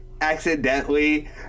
accidentally